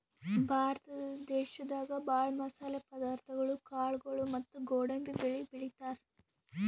ಭಾರತ ದೇಶದಾಗ ಭಾಳ್ ಮಸಾಲೆ ಪದಾರ್ಥಗೊಳು ಕಾಳ್ಗೋಳು ಮತ್ತ್ ಗೋಡಂಬಿ ಬೆಳಿ ಬೆಳಿತಾರ್